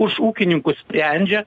už ūkininkus sprendžia